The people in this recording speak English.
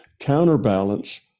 counterbalance